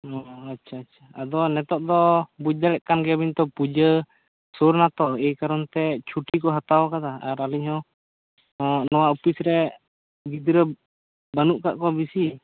ᱚ ᱟᱪᱪᱷᱟ ᱟᱫᱚ ᱦᱟᱸᱜ ᱱᱤᱛᱚᱜ ᱫᱚ ᱵᱩᱡ ᱫᱟᱲᱮᱜ ᱠᱟᱱ ᱜᱮᱭᱟ ᱵᱤᱱ ᱛᱚ ᱯᱩᱡᱟᱹ ᱥᱩᱨ ᱮᱱᱟ ᱛᱚ ᱮᱭ ᱠᱟᱨᱚᱱ ᱛᱮ ᱪᱷᱩᱴᱤ ᱠᱚ ᱦᱟᱛᱟᱣ ᱟᱠᱟᱫᱟ ᱟᱨ ᱟᱹᱞᱤᱧ ᱦᱚᱸ ᱱᱚᱣᱟ ᱳᱯᱷᱤᱥ ᱨᱮ ᱜᱤᱫᱽᱨᱟᱹ ᱵᱟᱹᱱᱩᱜ ᱟᱠᱟᱫ ᱠᱚᱣᱟ ᱵᱤᱥᱤ ᱼᱼᱼ